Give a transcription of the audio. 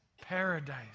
paradise